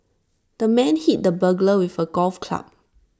the man hit the burglar with A golf club